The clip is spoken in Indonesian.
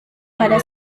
pada